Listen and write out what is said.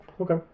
Okay